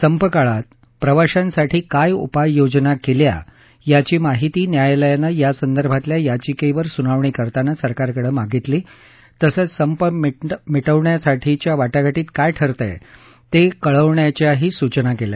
संप काळात प्रवाशांसाठी काय उपाय योजना केल्या याची माहिती न्यायालयानं यासंदर्भातल्या याचिकेवर सुनावणी करताना सरकारकडे मागितली तसंच संप मिटवण्यासाठीच्या वाटाघाटीत काय ठरतय ते कळवण्याच्या सूचनाही केल्या